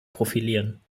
profilieren